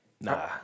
Nah